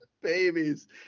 Babies